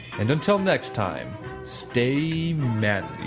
and until next time stay manly